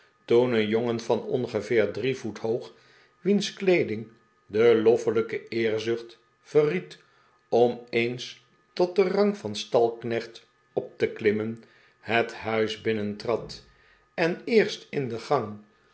een jongen van ongeveer drie voet hoog wiens kleeding de loffelijke eerzucht verried om eens tot den rang van stalknecht op te klimmen het huis binnentrad en eerst in de gang